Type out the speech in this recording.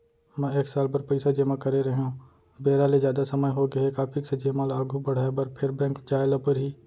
मैं एक साल बर पइसा जेमा करे रहेंव, बेरा ले जादा समय होगे हे का फिक्स जेमा ल आगू बढ़ाये बर फेर बैंक जाय ल परहि?